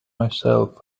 myself